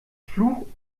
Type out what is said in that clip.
fluch